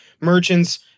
Merchants